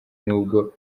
n’ubwo